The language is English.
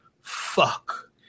fuck